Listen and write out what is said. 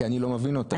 כי אני לא מבין אותה.